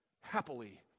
Happily